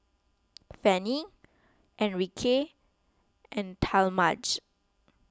Fannye Enrique and Talmadge